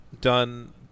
done